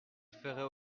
feraient